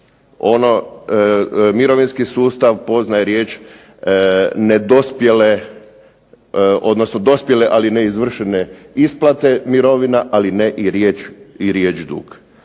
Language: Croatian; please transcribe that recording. dug. Mirovinski sustav poznaje riječ nedospjele, odnosno dospjele ali neizvršene isplate mirovina ali ne i riječ dug.